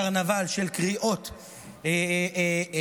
קרנבל של קריאות נאציות,